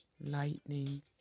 lightning